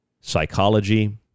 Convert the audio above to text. psychology